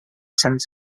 tends